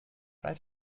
try